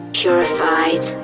purified